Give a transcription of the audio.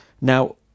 Now